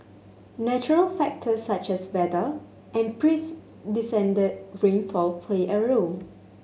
natural factors such as weather and precedented rainfall play a role